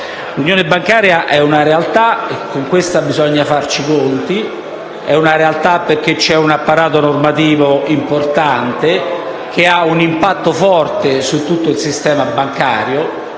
L'unione bancaria è una realtà e con questa bisogna fare i conti. È una realtà perché c'è un apparato normativo importante, che ha un impatto forte su tutto il sistema bancario: